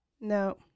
no